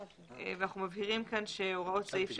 אנחנו מבהירים כאן שהוראות סעיף 6א(2)